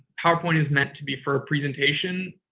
powerpoint is meant to be for a presentation,